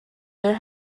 there